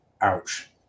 ouch